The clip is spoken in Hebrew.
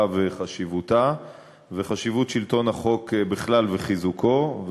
וחשיבותה וחשיבות שלטון החוק בכלל וחיזוקו.